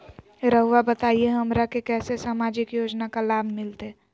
रहुआ बताइए हमरा के कैसे सामाजिक योजना का लाभ मिलते?